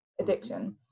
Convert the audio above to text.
Addiction